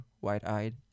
wide-eyed